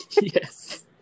Yes